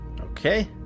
okay